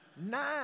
Nine